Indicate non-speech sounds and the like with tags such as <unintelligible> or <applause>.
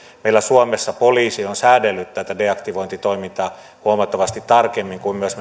meillä suomessa poliisi on säädellyt tätä deaktivointitoimintaa huomattavasti tarkemmin niin kuin myös <unintelligible>